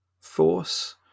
force